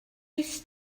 est